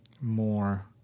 more